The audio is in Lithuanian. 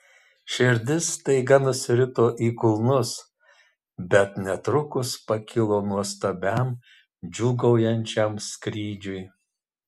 širdis staiga nusirito į kulnus bet netrukus pakilo nuostabiam džiūgaujančiam skrydžiui